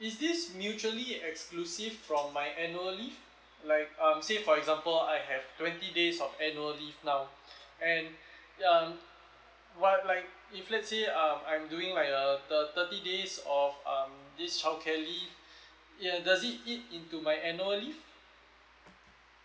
this is mutually exclusive from my annual leave like um say for example I have twenty days of annual leave now and um while like if let's say uh I'm doing like a the thirty days of um this childcare leave yeah does it eat into my annual leave